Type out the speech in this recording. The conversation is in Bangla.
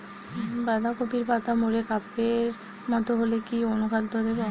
বাঁধাকপির পাতা মুড়ে কাপের মতো হলে কি অনুখাদ্য দেবো?